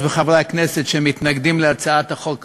וחברי הכנסת שמתנגדים להצעת החוק הזו,